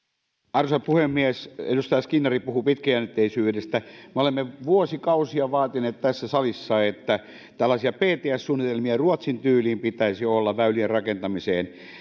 arvoisa puhemies edustaja skinnari puhui pitkäjännitteisyydestä me olemme vuosikausia vaatineet tässä salissa että tällaisia pts suunnitelmia ruotsin tyyliin pitäisi olla väylien rakentamiseen